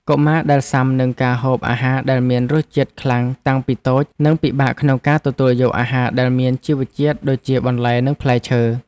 កុមារដែលស៊ាំនឹងការហូបអាហារដែលមានរសជាតិខ្លាំងតាំងពីតូចនឹងពិបាកក្នុងការទទួលយកអាហារដែលមានជីវជាតិដូចជាបន្លែនិងផ្លែឈើ។